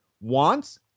wants